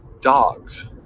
dogs